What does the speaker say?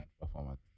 performance